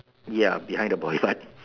ya behind the boy so I